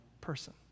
person